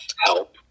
help